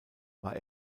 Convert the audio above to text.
war